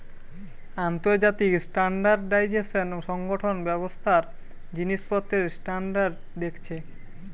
আন্তর্জাতিক স্ট্যান্ডার্ডাইজেশন সংগঠন ব্যবসার জিনিসপত্রের স্ট্যান্ডার্ড দেখছে